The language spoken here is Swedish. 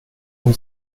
hon